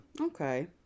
okay